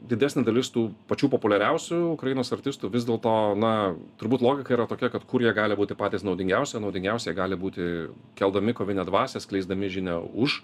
didesnė dalis tų pačių populiariausių ukrainos artistų vis dėl to na turbūt logika yra tokia kad kur jie gali būti patys naudingiausi naudingiausi jie gali būti keldami kovinę dvasią skleisdami žinią už